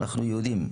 אנחנו יודעים: